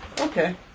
okay